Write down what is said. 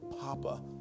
Papa